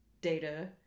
data